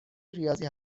ریاضی